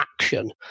action